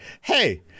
hey